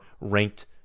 ranked